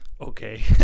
Okay